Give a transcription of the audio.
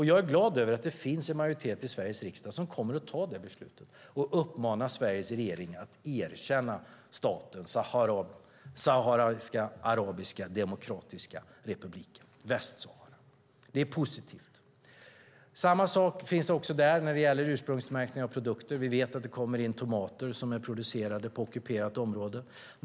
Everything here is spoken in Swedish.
Jag är glad över att det finns en majoritet i Sveriges riksdag som kommer att ta detta beslut och uppmana Sveriges regering att erkänna staten Sahariska arabiska demokratiska republiken, Västsahara. Det är positivt. Samma sak finns också där när det gäller ursprungsmärkning av produkter. Vi vet att det kommer in tomater som är producerade på ockuperat område.